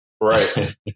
right